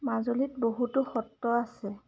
মাজুলীত বহুতো সত্ৰ আছে